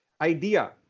idea